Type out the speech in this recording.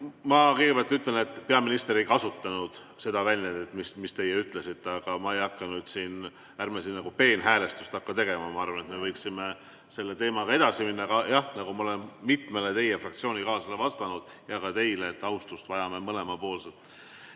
Ma kõigepealt ütlen, et peaminister ei kasutanud seda väljendit, mida teie ütlesite. Aga ärme siin peenhäälestust hakkame tegema. Ma arvan, et me võiksime selle teemaga edasi minna. Aga jah, nagu ma olen mitmele teie fraktsioonikaaslasele vastanud, ja ka teile, et austust vajame mõlemapoolselt.